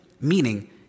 meaning